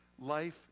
Life